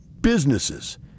businesses